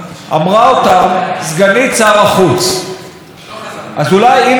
אז אולי, הינה, במונחי הימים ההם, נפל האסימון.